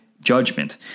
judgment